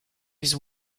his